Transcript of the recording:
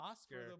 Oscar